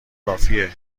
کافیه